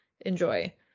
Enjoy